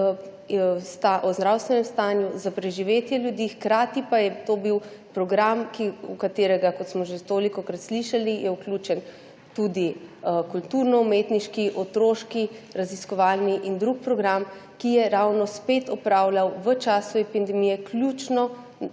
o zdravstvenem stanju, za preživetje ljudi, hkrati pa je bil to program, v katerega, kot smo že tolikokrat slišali, je vključen tudi kulturno-umetniški, otroški, raziskovalni in drug program, ki je spet opravljal v času epidemije ključno